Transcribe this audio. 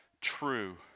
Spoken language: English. true